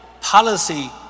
policy